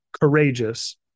courageous